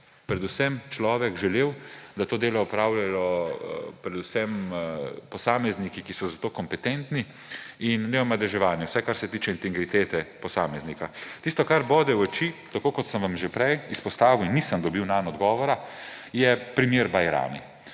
predvsem človek želel, da to delo opravljajo predvsem posamezniki, ki so za to kompetentni in neomadeževani, vsaj kar se tiče integritete posameznika. Tisto, kar bode v oči, tako kot sem vam že prej izpostavil in nisem dobil nanj odgovora, je primer Bajrami.